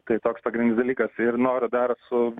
tai toks pagrindinis dalykas ir noriu dar su